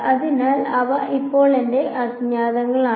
അതിനാൽ ഇവ ഇപ്പോൾ എന്റെ അജ്ഞാതങ്ങളാണ്